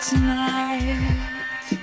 Tonight